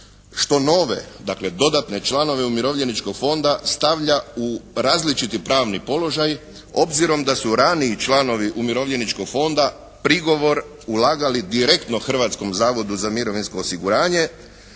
što nove, dakle dodatne članove Umirovljeničkog fonda stavlja u različiti pravni položaj obzirom da su raniji članovi Umirovljeničkog fonda prigovor ulagali direktno Hrvatskom zavodu za mirovinsko osiguranje.